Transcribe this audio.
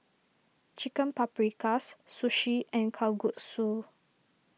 Chicken Paprikas Sushi and Kalguksu